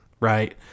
right